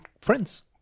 friends